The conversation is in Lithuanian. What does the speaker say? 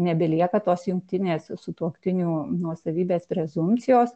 nebelieka tos jungtinės sutuoktinių nuosavybės prezumpcijos